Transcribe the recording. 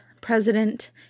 president